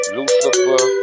Lucifer